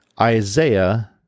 Isaiah